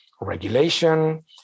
regulation